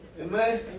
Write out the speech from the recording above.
Amen